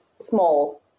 small